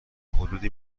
حدودی